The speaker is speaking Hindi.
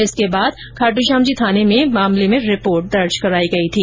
जिसके बाद खाट्श्यामजी थाने में मामले में रिपोर्ट भी दर्ज करवाई गई थी